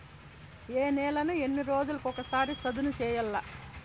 ఏ నేలను ఎన్ని రోజులకొక సారి సదును చేయల్ల?